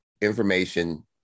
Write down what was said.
Information